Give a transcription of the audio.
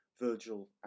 Virgil